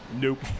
Nope